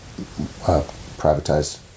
privatize